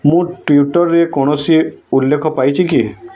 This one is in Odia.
ମୁଁ ଟ୍ୱିଟର୍ରେ କୌଣସି ଉଲ୍ଲେଖ ପାଇଛି କି